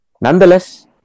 nonetheless